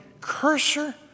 cursor